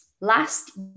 last